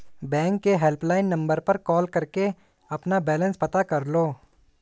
bank के helpline number पर call करके अपना बैलेंस पता कर लो